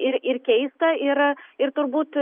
ir ir keista ir ir turbūt